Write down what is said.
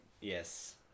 Yes